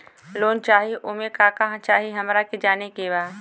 Loan चाही उमे का का चाही हमरा के जाने के बा?